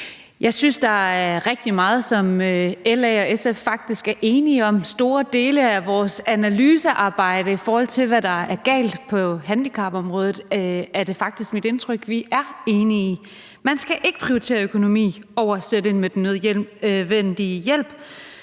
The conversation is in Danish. Jeg synes, der er rigtig meget, som LA og SF faktisk er enige om. Store dele af vores analysearbejde, i forhold til hvad der er galt på handicapområdet, er det faktisk mit indtryk at vi er enige om. Man skal ikke prioritere økonomi over det at sætte ind med den nødvendige hjælp,